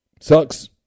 Sucks